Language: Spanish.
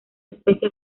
especie